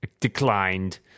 declined